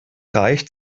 reicht